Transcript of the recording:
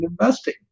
investing